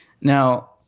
Now